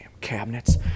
cabinets